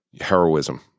heroism